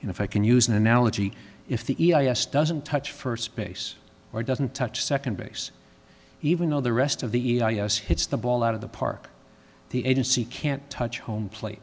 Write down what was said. and if i can use an analogy if the us doesn't touch first space or doesn't touch second base even though the rest of the us hits the ball out of the park the agency can't touch home plate